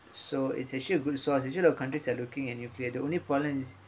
so it's actually a good source usually a lot countries are looking at nuclear the only problem is